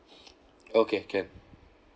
okay can